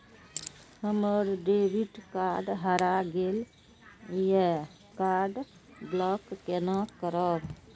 हमर debit card हरा गेल ये कार्ड ब्लॉक केना करब?